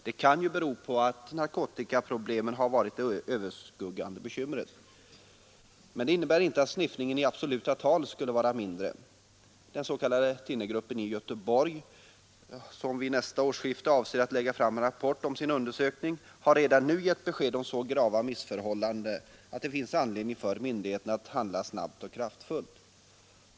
Detta kan bero på att narkotikaproblemen har varit det överskuggande bekymret, men det innebär inte att sniffningen i absoluta tal skulle ha minskat. Den s.k. thinnergruppen i Göteborg, som avser att lägga fram en rapport om sin undersökning vid nästa årsskifte, har redan nu givit besked om så grava missförhållanden att det finns anledning för myndigheterna att handla snabbt och kraftfullt.